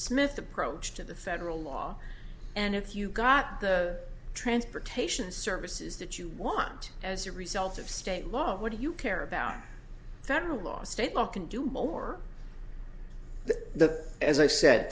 smith approach to the federal law and if you got the transportation services that you want as a result of state law what do you care about federal law state law can do more the as i said